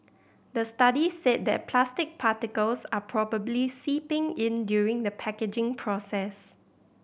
the study said that plastic particles are probably seeping in during the packaging process